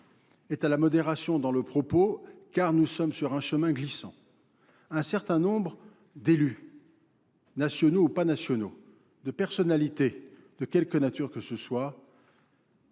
est à la modération dans le propos, car nous sommes sur un chemin glissant. Un certain nombre d'élus, nationaux ou pas nationaux, de personnalités, de quelque nature que ce soit,